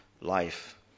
life